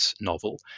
novel